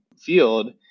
field